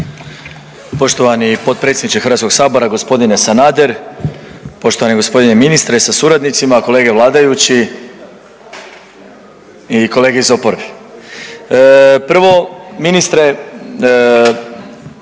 Poštovani potpredsjedniče HS-a g. Sanader, poštovani g. ministre sa suradnicima. Kolege vladajući, kolege iz oporbe. Prvo, ministre,